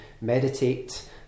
meditate